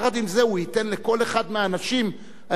יחד עם זה הוא ייתן לכל אחד מהאנשים אשר